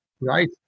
right